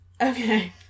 Okay